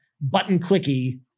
button-clicky